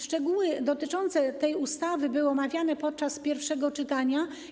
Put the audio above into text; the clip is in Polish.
Szczegóły dotyczące tej ustawy były omawiane podczas pierwszego czytania.